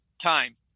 time